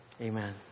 Amen